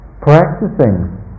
practicing